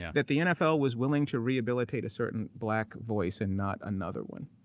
that the nfl was willing to rehabilitate a certain black voice and not another one.